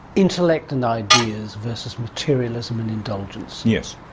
intellect and ideas versus materialism and indulgence. yes.